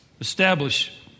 establish